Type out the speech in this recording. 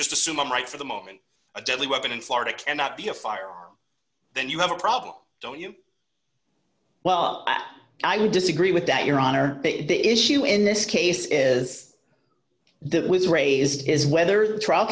just assume i'm right for the moment a deadly weapon in florida cannot be a firearm then you have a problem don't you well i disagree with that your honor the issue in this case is did was raise his whether the trial